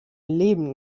leben